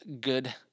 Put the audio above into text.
good